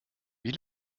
wie